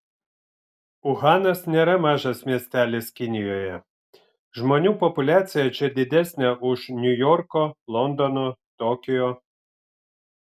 uhanas nėra mažas miestelis kinijoje žmonių populiacija čia didesnė už niujorko londono tokijo